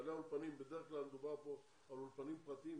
בדרך כלל מדובר פה על אולפנים פרטיים,